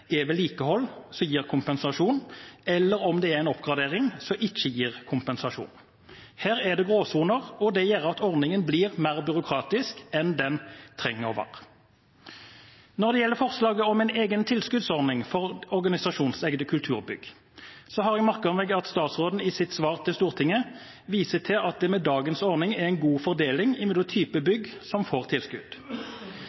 er vedlikehold som gir kompensasjon, eller om det er en oppgradering som ikke gir kompensasjon. Her er det gråsoner, og det gjør at ordningen blir mer byråkratisk enn den trenger å være. Når det gjelder forslaget om en egen tilskuddsordning for organisasjonseide kulturbygg, har jeg merket meg at statsråden i sitt svar til Stortinget viser til at det med dagens ordning er en god fordeling mellom type